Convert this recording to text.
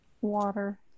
Water